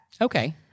okay